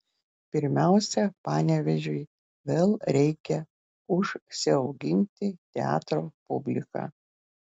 pirmiausia panevėžiui vėl reikia užsiauginti teatro publiką